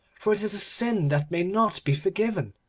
for it is a sin that may not be forgiven.